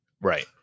Right